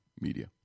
media